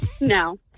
No